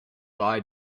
lie